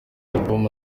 album